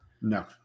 No